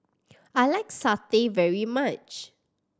I like satay very much